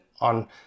on